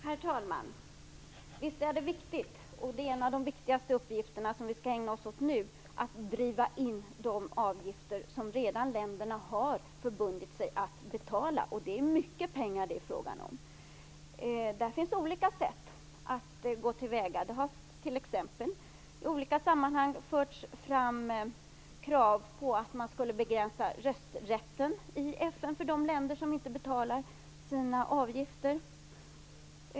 Herr talman! Visst är det viktigt - och det är en av de angelägnaste uppgifter som vi nu skall ägna oss åt - att driva in de avgifter som länderna redan har förbundit sig att betala. Det är fråga om mycket pengar. Det finns olika sätt att gå till väga. Det har t.ex. i olika sammanhang förts fram krav på att man skulle begränsa rösträtten i FN för de länder som inte betalar sina avgifter.